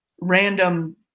random